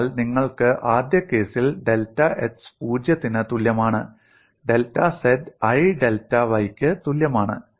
അതിനാൽ നിങ്ങൾക്ക് ആദ്യ കേസിൽ ഡെൽറ്റ x 0 ത്തിന് തുല്യമാണ് delta z i delta y ക്ക് തുല്യമാണ്